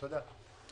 תודה,